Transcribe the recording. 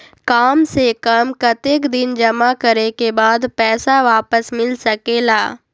काम से कम कतेक दिन जमा करें के बाद पैसा वापस मिल सकेला?